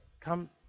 come